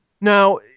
now